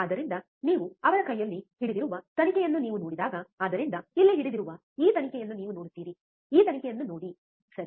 ಆದ್ದರಿಂದ ನೀವು ಅವನ ಕೈಯಲ್ಲಿ ಹಿಡಿದಿರುವ ತನಿಖೆಯನ್ನು ನೀವು ನೋಡಿದಾಗ ಆದ್ದರಿಂದ ಇಲ್ಲಿ ಹಿಡಿದಿರುವ ಈ ತನಿಖೆಯನ್ನು ನೀವು ನೋಡುತ್ತೀರಿ ಈ ತನಿಖೆಯನ್ನು ನೋಡಿ ಸರಿ